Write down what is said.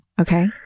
Okay